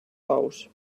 bous